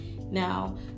Now